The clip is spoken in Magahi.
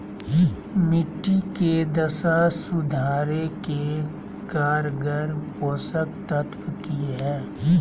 मिट्टी के दशा सुधारे के कारगर पोषक तत्व की है?